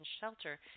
shelter